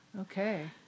Okay